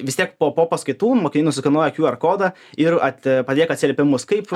vis tiek po po paskaitų mokiniai nusiknuoja kjuer kodą ir at palieka atsiliepimus kaip